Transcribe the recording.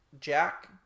Jack